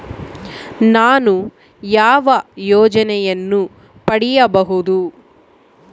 ನಾನು ಯಾವ ಯೋಜನೆಯನ್ನು ಪಡೆಯಬಹುದು?